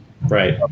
right